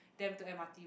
them to M_R_T